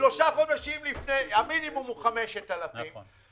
המינימום הוא 5,000 שקל.